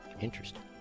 Interesting